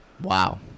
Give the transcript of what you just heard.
Wow